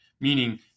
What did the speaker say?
meaning